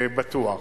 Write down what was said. בטוח.